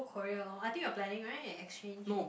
Korea lor I think you are planning right exchange